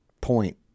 point